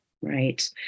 right